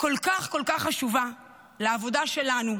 כל כך חשובות לעבודה שלנו,